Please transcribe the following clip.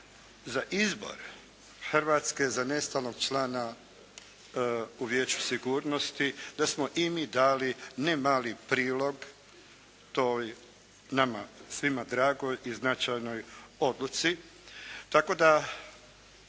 za izbor Hrvatske za nestvarnog člana u Vijeću sigurnosti, da smo i mi dali ne mali prilog toj, nama svima dragoj i značajnoj odluci. Tako da